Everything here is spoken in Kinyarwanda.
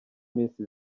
iminsi